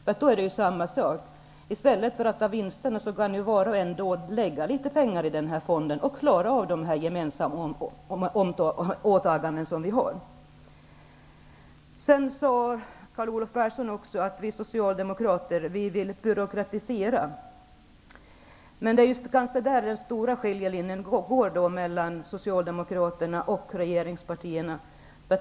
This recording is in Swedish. I så fall är det samma sak: I stället för att ta vinsterna kan var och en lägga litet pengar i denna fond och klara de gemensamma åtaganden som vi har. Carl Olov Persson sade också att vi Socialdemokrater vill byråkratisera. Det är kanske där skiljelinjen går mellan Socialdemokraterna och regeringspartierna.